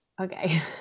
Okay